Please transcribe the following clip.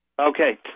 Okay